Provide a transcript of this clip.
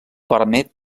permet